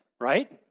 Right